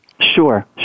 Sure